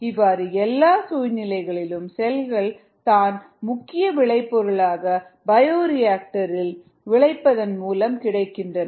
இவ்வாறு எல்லா சூழ்நிலைகளிலும்செல்கள் தான் முக்கிய விளை பொருளாக பயோரியாக்டர் ரில் விளைவிப்பதன் மூலம் கிடைக்கின்றன